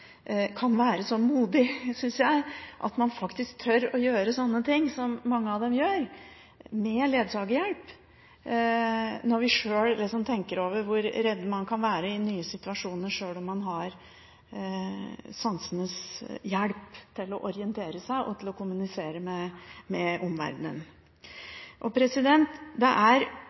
kan være så modig, synes jeg, at man faktisk tør å gjøre sånne ting som mange av dem gjør med ledsagerhjelp, når vi sjøl tenker over hvor redd man kan være i nye situasjoner sjøl om man har sansenes hjelp til å orientere seg og til å kommunisere med omverdenen. Det et lagt inn ganske store, økte ressurser på dette området de siste åra, og det